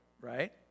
right